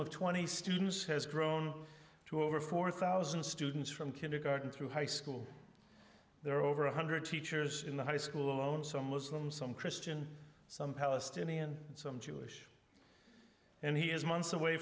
of twenty students has grown to over four thousand students from kindergarten through high school there over one hundred teachers in the high school alone some muslim some christian some palestinian and some jewish and he is months away